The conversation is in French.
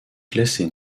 classée